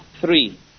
three